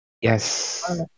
Yes।